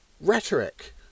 rhetoric